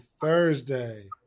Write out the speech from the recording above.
Thursday